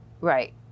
Right